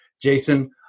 Jason